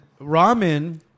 ramen